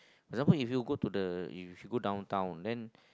example if you go to the if you go downtown then